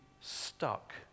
stuck